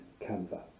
Canva